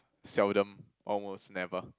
seldom almost never